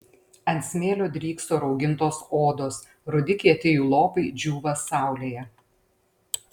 ant smėlio drykso raugintos odos rudi kieti jų lopai džiūva saulėje